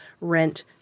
rent